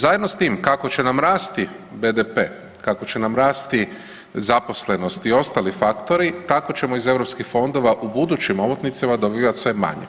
Zajedno s tim kako će nam rasti BDP, kako će nam rasti zaposlenost i ostali faktori tako ćemo iz EU fondova u budućim omotnicama dobivati sve manje.